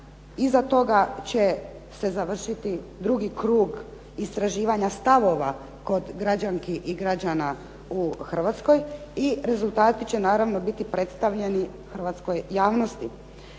iza toga će se završiti drugi krug istraživanja stavova kod građanki i građana u Hrvatskoj i rezultati će naravno biti predstavljeni hrvatskoj javnosti.